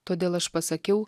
todėl aš pasakiau